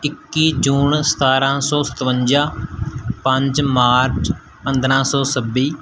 ਇੱਕੀ ਜੂਨ ਸਤਾਰ੍ਹਾਂ ਸੌ ਸਤਵੰਜਾ ਪੰਜ ਮਾਰਚ ਪੰਦਰ੍ਹਾਂ ਸੌ ਛੱਬੀ